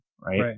right